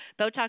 Botox